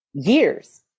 years